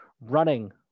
running